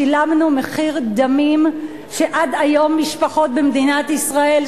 שילמנו מחיר דמים שעד היום משפחות במדינת ישראל,